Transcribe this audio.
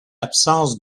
absence